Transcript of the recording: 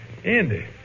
Andy